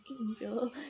angel